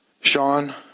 Sean